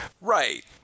Right